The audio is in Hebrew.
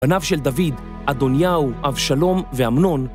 בניו של דוד, אדוניהו, אב שלום ואמנון